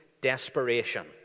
desperation